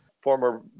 former